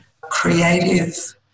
creative